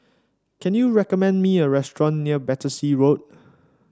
can you recommend me a restaurant near Battersea Road